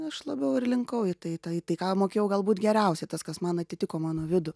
aš labiau ir linkau į tą tai ką mokėjau galbūt geriausiai tas kas man atitiko mano vidų